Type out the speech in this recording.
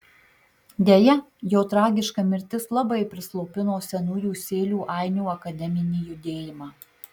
deja jo tragiška mirtis labai prislopino senųjų sėlių ainių akademinį judėjimą